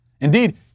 Indeed